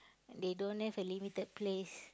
they don't have a limited place